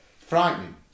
frightening